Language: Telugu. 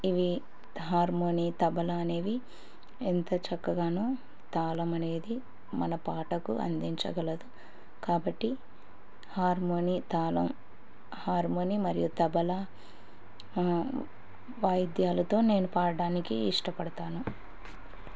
ఇవి హార్మోనీ తబల అనేవి ఎంత చక్కగానో తాళం అనేది మన పాటకు అందించగలదు కాబట్టి హార్మోనీ తాళం హార్మోనీ మరియు తబల వాయిద్యాలతో నేను పాడడానికి ఇష్టపడతాను